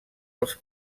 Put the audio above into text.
els